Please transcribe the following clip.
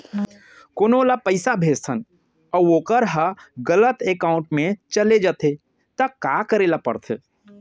कोनो ला पइसा भेजथन अऊ वोकर ह गलत एकाउंट में चले जथे त का करे ला पड़थे?